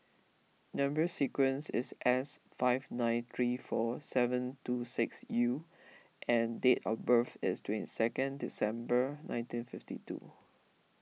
Number Sequence is S five nine three four seven two six U and date of birth is twenty second December nineteen fifty two